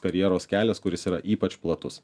karjeros kelias kuris yra ypač platus